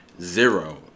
Zero